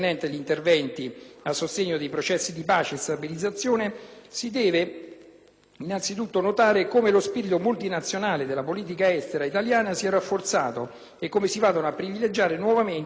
innanzitutto notare come lo spirito multilaterale della politica estera italiana sia rafforzato e come si vadano a privilegiare nuovamente strumenti alternativi a quelli militari per la creazione di uno spazio di pace e sicurezza: